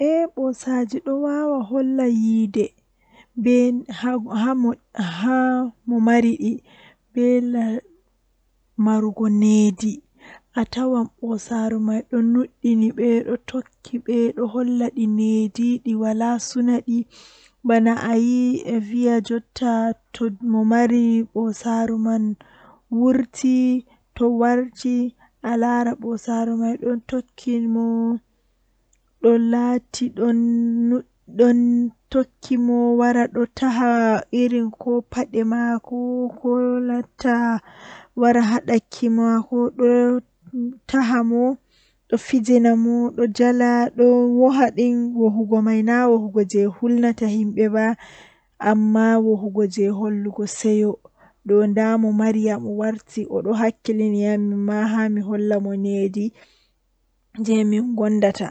Mi wiyan mo min on waine kaza mi nani kubaru dow o bangi nden mi wallimo seyo massin miɗon yelanamo khairuuji ɗuɗɗi